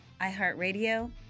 iHeartRadio